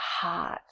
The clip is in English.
heart